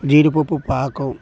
జీడిపప్పు పాకం